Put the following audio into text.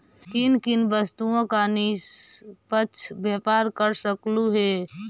किन किन वस्तुओं का निष्पक्ष व्यापार कर सकलू हे